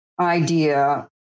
idea